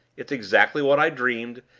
it's exactly what i dreamed,